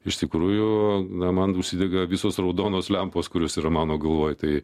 iš tikrųjų na man užsidega visos raudonos lempos kurios yra mano galvoj tai